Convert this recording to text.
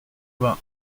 vingt